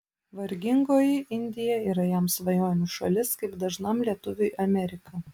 vargingoji indija yra jam svajonių šalis kaip dažnam lietuviui amerika